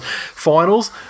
finals